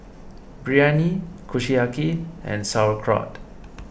Biryani Kushiyaki and Sauerkraut